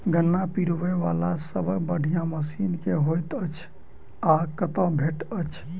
गन्ना पिरोबै वला सबसँ बढ़िया मशीन केँ होइत अछि आ कतह भेटति अछि?